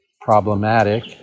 problematic